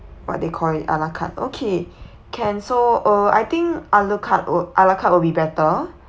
what they call it a la carte okay can so uh I think a la carte oo a la carte will be better